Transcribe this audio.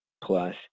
plus